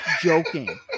joking